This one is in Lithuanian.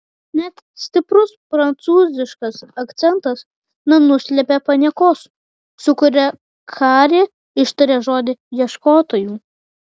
net stiprus prancūziškas akcentas nenuslėpė paniekos su kuria karė ištarė žodį ieškotojų